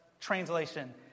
translation